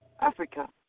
Africa